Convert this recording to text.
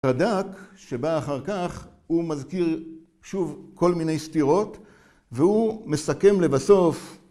הדק שבא אחר כך הוא מזכיר שוב כל מיני סתירות והוא מסכם לבסוף